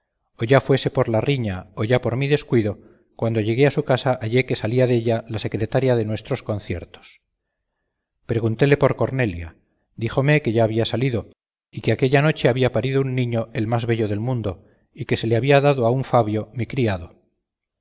o ya fuese por la riña o ya por mi descuido cuando llegué a su casa hallé que salía della la secretaria de nuestros conciertos preguntéle por cornelia díjome que ya había salido y que aquella noche había parido un niño el más bello del mundo y que se le había dado a un fabio mi criado